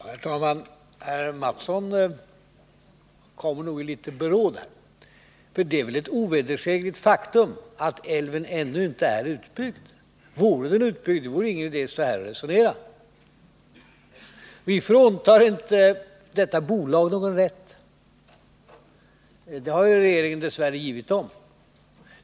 Herr talman! Herr Mattsson kommer nog i litet beråd här, för det är väl ett ovedersägligt faktum att älven ännu inte är utbyggd. Vore den utbyggd, så vore det inte någon idé att stå här och resonera. Vi fråntar inte detta bolag någon rätt. En sådan har ju regeringen dess värre givit bolaget.